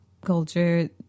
culture